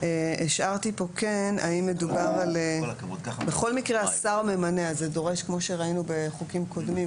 מי הגורם שממליץ מטעם העירייה על הנציגים,